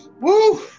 Woo